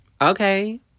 Okay